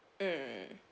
mm